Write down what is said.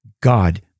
God